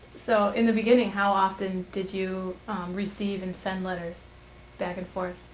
so in the beginning how often did you receive and send letters back and forth?